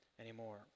anymore